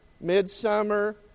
Midsummer